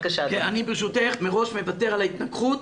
אני ברשותך מראש מוותר על ההתנגחות